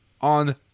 on